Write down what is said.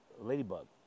ladybug